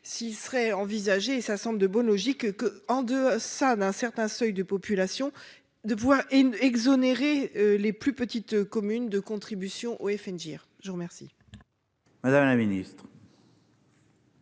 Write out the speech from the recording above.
serait envisagé sa chambre de bonne logique que en deux ça d'un certain seuil de population de pouvoir et exonérer les plus petites communes de contribution au FN GIR, je vous remercie. Madame la Ministre.